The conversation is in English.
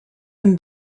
and